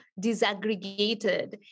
disaggregated